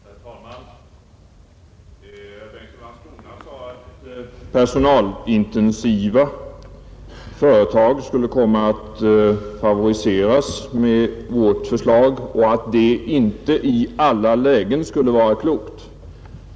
Herr talman! Herr Bengtsson i Landskrona sade att personalintensiva företag skulle komma att favoriseras med vårt förslag och att det inte i alla lägen skulle vara klokt.